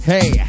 Hey